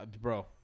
bro